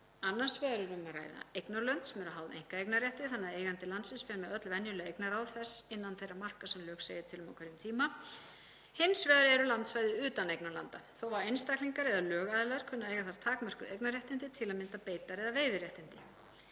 Annars vegar er um að ræða eignarlönd sem eru háð einkaeignarrétti þannig að eigandi landsins fer með öll venjuleg eignarráð þess innan þeirra marka sem lög segja til um á hverjum tíma. Hins vegar eru landsvæði utan eignarlanda þó að einstaklingar eða lögaðilar kunni að eiga þar takmörkuð eignarréttindi, til að mynda beitar- eða veiðiréttindi.